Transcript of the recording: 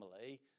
family